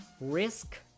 risk